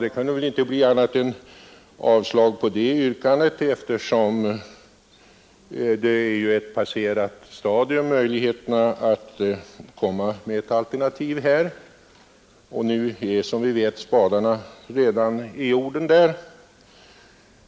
Det kunde väl inte bli annat än avslag på det yrkandet, eftersom detta är ett passerat stadium. Det finns inga möjligheter att komma med ett alternativ nu när spadarna redan har satts i jorden.